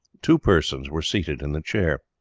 two persons were seated in the chair.